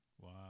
Wow